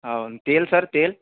हो तेल सर तेल